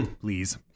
Please